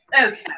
okay